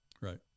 Right